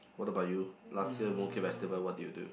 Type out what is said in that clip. what about you last year Mooncake Festival what did you do